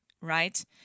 right